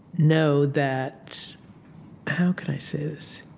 know that how can i say this?